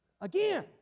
again